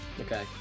Okay